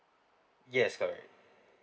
yes correct